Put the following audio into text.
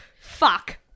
fuck